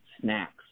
snacks